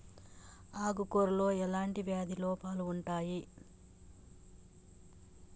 ఆకు కూరలో ఎలాంటి వ్యాధి లోపాలు ఉంటాయి?